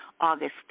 August